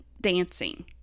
dancing